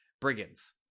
brigands